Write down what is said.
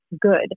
good